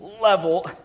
level